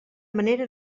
manera